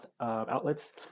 outlets